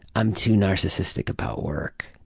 i'm too narcissistic about work.